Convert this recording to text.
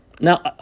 Now